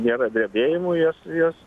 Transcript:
nėra drebėjimų jas jas